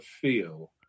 feel